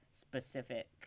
specific